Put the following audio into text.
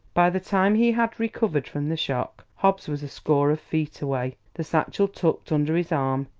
by the time he had recovered from the shock, hobbs was a score of feet away, the satchel tucked under his arm,